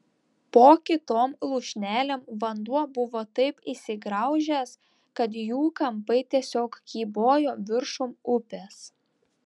po kitom lūšnelėm vanduo buvo taip įsigraužęs kad jų kampai tiesiog kybojo viršum upės